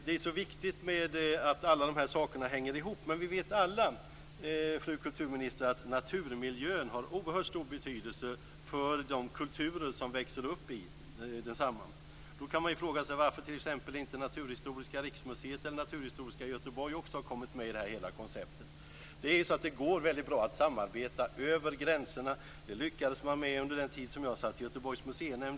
Det är viktigt att alla de här sakerna hänger ihop. Men vi vet alla, fru kulturminister, att naturmiljön har oerhört stor betydelse för de kulturer som växer upp i densamma. Då kan man fråga sig varför t.ex. Naturhistoriska riksmuseet eller Naturhistoriska museet i Göteborg inte har kommit med i hela det här konceptet. Det går väldigt bra att samarbeta över gränserna. Det lyckades man med under den tid som jag satt i Göteborgs museinämnd.